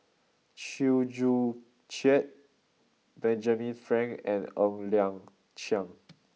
Chew Joo Chiat Benjamin Frank and Ng Liang Chiang